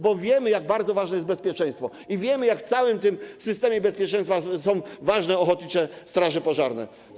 bo wiemy, jak bardzo ważne jest bezpieczeństwo, i wiemy, jak w całym tym systemie bezpieczeństwa ważne są ochotnicze straże pożarne.